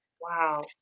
Wow